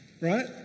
right